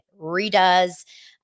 redoes